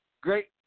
great